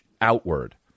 outward